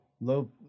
low